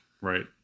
right